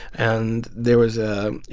and there was, ah you